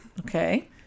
okay